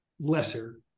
lesser